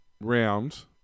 round